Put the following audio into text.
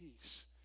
peace